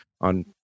on